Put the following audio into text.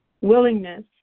Willingness